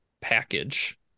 package